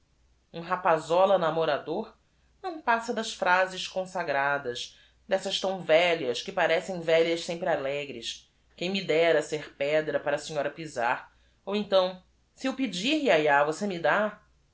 rapazola namorador não passa das phrases consagradas dessas tão velhas que parecem velhas sempre alegres uem me déra ser pedra pai a a sra pizar u então e eu pedir yayá você me dá